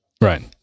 Right